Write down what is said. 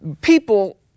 people